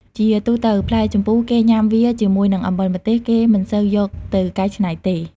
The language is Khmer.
ជាទូទៅផ្លែជម្ពូគេញ៉ាំវាជាមួយនឹង អំបិលម្ទេស គេមិនសូវយកទៅកៃច្នៃទេ។